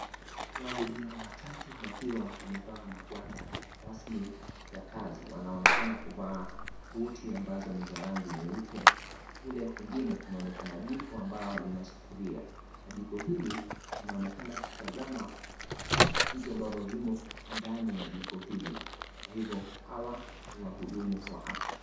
Wahudumu watatu wakiwa wamevaa magwanda rasmi ya kazi, wanaonekana kuvaa (CS)buti(CS)ambazo ni za rangi nyeupe, kule kwingine, kunaonekana jiko ambao lina sufuria. Na jiko hili, wanaonekana kutazama vitu ambavyo vimo ndani ya jiko hili. Kwa hivo, hawa ni wahudumu wa afya.